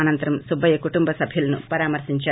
అసంతరం సబ్బయ్య కుటుంబసభ్యులను పరామర్పించారు